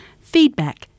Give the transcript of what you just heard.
feedback